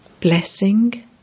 Blessing